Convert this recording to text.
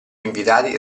invitati